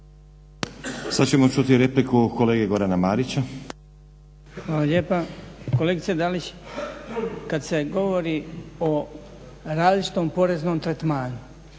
Sad ćemo čuti repliku kolege Gorana Marića. **Marić, Goran (HDZ)** Hvala lijepa. Kolegice Dalić kad se govori o različitom poreznom tretmanu